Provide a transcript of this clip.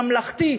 ממלכתי,